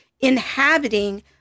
inhabiting